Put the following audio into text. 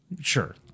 Sure